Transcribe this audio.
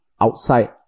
outside